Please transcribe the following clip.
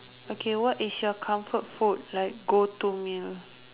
okay what is your comfort food like go to meal